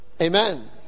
Amen